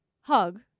hug